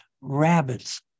rabbits